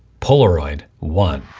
polaroid won.